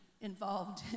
involved